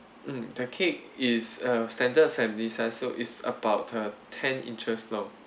mm the cake is uh standard family size so it's about uh ten inches long